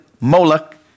Moloch